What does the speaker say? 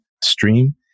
stream